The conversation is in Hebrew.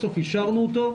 בסוף אישרנו אותו,